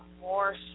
more